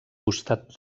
costat